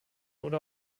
oder